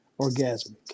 orgasmic